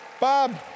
Bob